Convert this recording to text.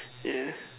yes